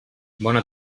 bona